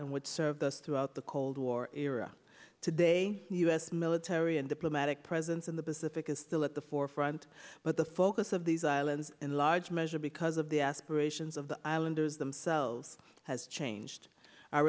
and which served us throughout the cold war era today u s military and diplomatic presence in the pacific is still at the forefront but the focus of these islands in large measure because of the aspirations of the islanders themselves has changed our